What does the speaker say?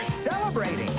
celebrating